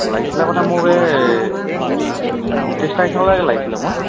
লাগিছিলে মাতে মোক এই ঊনত্ৰিছ তাৰিখলৈকে লাগিছিলে মোৰ